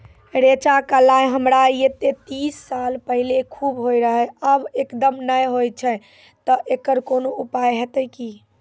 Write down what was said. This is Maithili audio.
रेचा, कलाय हमरा येते तीस साल पहले खूब होय रहें, अब एकदम नैय होय छैय तऽ एकरऽ कोनो उपाय हेते कि?